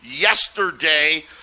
yesterday